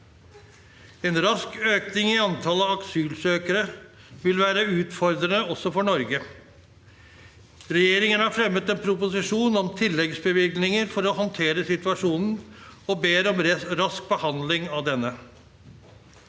En rask økning i antallet asylsøkere vil være utfordrende også for Norge. Regjeringen har fremmet en proposisjon om tilleggsbevilgninger for å håndtere situasjonen, og ber om rask behandling av denne.